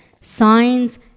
signs